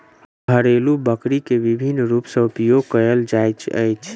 घरेलु बकरी के विभिन्न रूप सॅ उपयोग कयल जाइत अछि